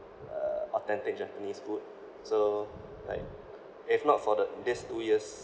uh authentic japanese food so like if not for the these two years'